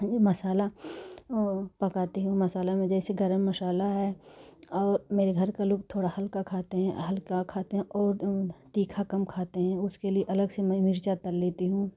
मसाला पकाती हूँ मसाला में जैसे गरम मसाला और मेरे घर के लोग थोड़ा हल्का खाते हैं हल्का खाते हैं और तीखा कम खाते हैं उसके लिए अलग से मैं मिर्चा तल लेती हूँ